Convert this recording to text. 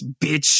bitch